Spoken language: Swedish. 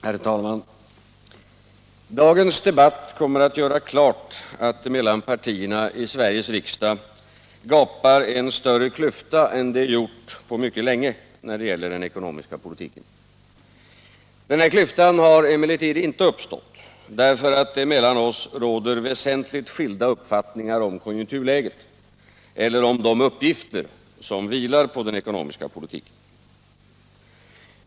Herr talman! Dagens debatt kommer att göra klart att det mellan partierna i Sveriges riksdag gapar en större klyfta än det gjort på mycket länge när det gäller den ekonomiska politiken. Denna klyfta har emellertid inte uppstått därför att det mellan oss råder väsentligt skilda uppfattningar om konjunkturläget eller om de uppgifter som vilar på den ekonomiska politiken.